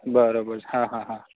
બરોબર હા હા હા